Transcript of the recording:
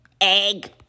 Egg